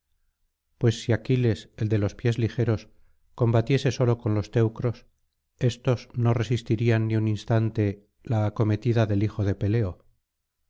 pues si aquiles el de los pies ligeros combatiese solo con los teucros éstos no resistirían ni un instante la acometida del hijo de peleo